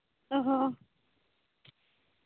ᱚ ᱦᱚ